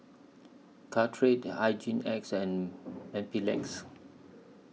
Caltrate Hygin X and and Mepilex